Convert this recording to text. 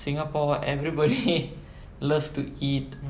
singapore everybody loves to eat